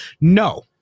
No